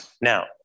Now